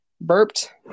burped